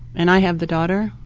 and i have the daughter,